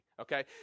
okay